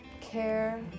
care